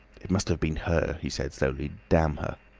it must have been her he said slowly. damn her